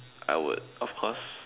I would of course